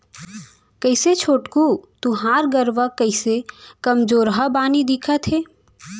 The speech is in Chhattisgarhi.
कइसे छोटकू तुँहर गरूवा कइसे कमजोरहा बानी दिखत हे